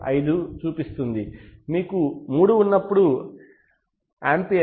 5 చూపిస్తుంది మీకు 3 ఉన్నప్పుడు ఆంపియర్ ఇది 3